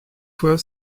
fois